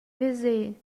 veser